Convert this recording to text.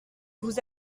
vous